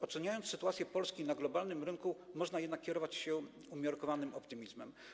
Oceniając sytuację Polski na globalnym rynku, można jednak kierować się umiarkowanym optymizmem.